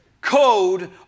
code